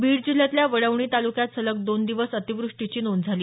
बीड जिल्ह्यातल्या वडवणी तालुक्यात सलग दोन दिवस अतिवृष्टीची नोंद झाली